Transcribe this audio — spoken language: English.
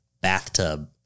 Bathtub